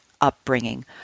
upbringing